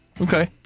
Okay